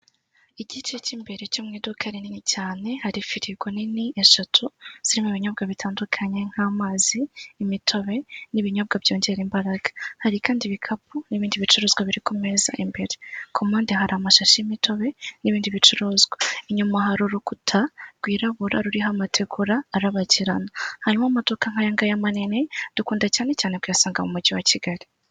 Igice cy'imbere cyo mu iduka rinini cyane, hari firigo nini eshatu zirimo binyobwa bitandukanye nk'amazi, imitobe n'ibinyobwa byongera imbaraga, hari kandi ibikapu n'ibindi bicuruzwa biri ku meza imbere, ku mpande hari amashashi y'imitobe n'ibindi bicuruzwa, inyuma hari urukuta rwirabura ruriho amategura arabagirana, hanyuma amaduka nkaya ngaya manini dukunda cyane cyane kuyasanga mu mujyi wa Kigali.